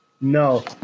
No